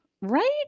right